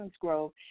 growth